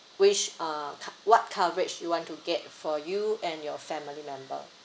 which uh co~ what coverage you want to get for you and your family member